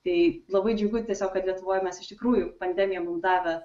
tai labai džiugu tiesiog kad lietuvoj mes iš tikrųjų pandemija mum davė